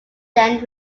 then